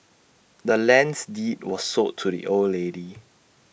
the land's deed was sold to the old lady